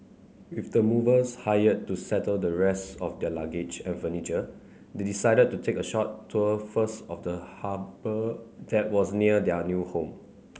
with the movers hired to settle the rest of their luggage and furniture they decided to take a short tour first of the harbour that was near their new home